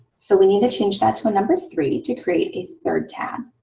so we need to change that to a number three to create a third tab.